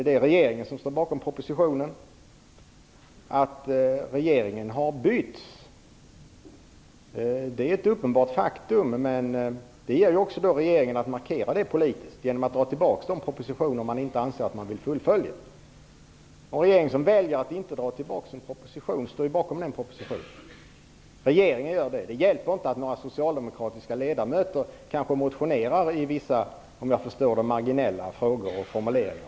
Det är regeringen som står bakom propositionen. Att regerinen har bytts är ett uppenbart faktum. Men det ger också regeringen möjlighet att markera detta politiskt genom att dra tillbaka de propositioner som man anser sig inte vilja fullfölja. Den regeringen som väljer att inte dra tillbaka en proposition står alltså bakom den propositionen. Det är regeringen som står bakom. Det hjälper inte att några socialdemokratiska ledamöter eventuellt motionerar i vissa marginella frågor eller om vissa formuleringar.